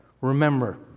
Remember